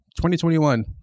2021